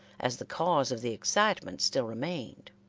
as the cause of the excitement still remained.